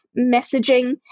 messaging